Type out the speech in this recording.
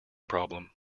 problem